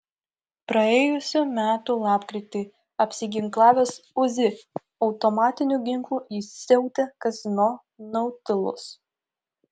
praėjusių metų lapkritį apsiginklavęs uzi automatiniu ginklu jis siautė kazino nautilus